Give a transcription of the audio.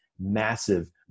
massive